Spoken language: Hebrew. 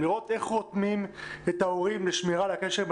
לראות איך רותמים את ההורים לשמירה על הקשר עם